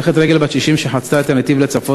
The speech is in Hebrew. הולכת רגל בת 60 שחצתה את הנתיב לצפון